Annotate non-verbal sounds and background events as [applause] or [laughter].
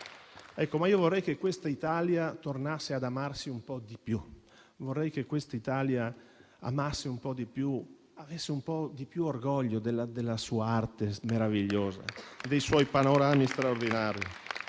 Vorrei però che questa Italia tornasse ad amarsi un po' di più. Vorrei che questo Italia amasse un po' di più, avesse un po' più di orgoglio della sua arte meravigliosa, [applause] dei suoi panorami straordinari,